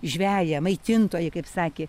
žveją maitintoją kaip sakė